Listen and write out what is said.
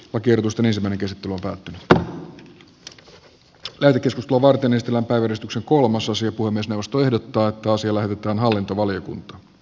aker ostan esimerkiksi tulosta kehtaa levytys loma tennistilan päivystyksen kolmososio puhemiesneuvosto ehdottaa että asia lähetetään hallintovaliokuntaan